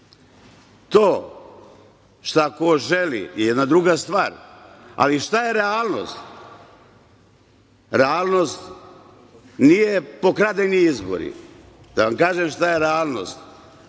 To šta ko želi je jedna druga stvar. Ali šta je realnost? Realnost nije pokradeni izbori. Da vam kažem šta je realnost,